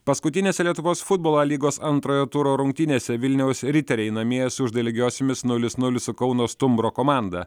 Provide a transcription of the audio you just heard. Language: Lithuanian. paskutinėse lietuvos futbolo a lygos antrojo turo rungtynėse vilniaus riteriai namie sužaidė lygiosiomis nulis nulis su kauno stumbro komanda